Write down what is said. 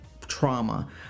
trauma